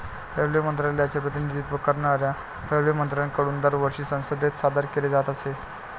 railway मंत्रालयाचे प्रतिनिधित्व करणाऱ्या रेल्वेमंत्र्यांकडून दरवर्षी संसदेत सादर केले जात असे